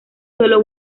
solo